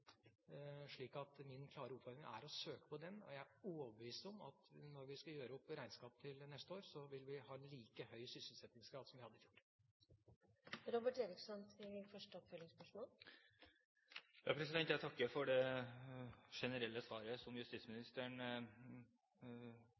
min klare oppfordring er å søke på dem. Jeg er overbevist om at når vi skal gjøre opp regnskapet til neste år, vil vi ha like høy sysselsettingsgrad som vi hadde i fjor. Jeg takker for det generelle svaret, det justisministeren gjorde rede for, men jeg vil fortsatt utfordre når det